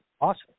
awesome